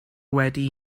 wedi